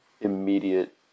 immediate